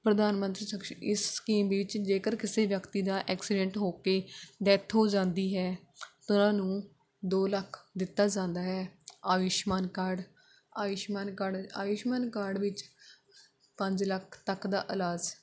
ਪ੍ਰਧਾਨ ਮੰਤਰੀ ਸੁਰੱਕਸ਼ਾ ਇਸ ਸਕੀਮ ਵਿੱਚ ਜੇਕਰ ਕਿਸੇ ਵਿਅਕਤੀ ਦਾ ਐਕਸੀਡੈਂਟ ਹੋ ਕੇ ਦੈੱਥ ਹੋ ਜਾਂਦੀ ਹੈ ਤਾਂ ਉਨ੍ਹਾਂ ਨੂੰ ਦੋ ਲੱਖ ਦਿੱਤਾ ਜਾਂਦਾ ਹੈ Ayushman card Ayushman card Ayushman card ਵਿੱਚ ਪੰਜ ਲੱਖ ਤੱਕ ਦਾ ਇਲਾਜ